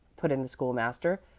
put in the school-master,